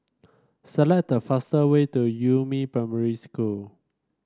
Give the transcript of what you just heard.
select the fastest way to Yumin Primary School